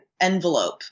envelope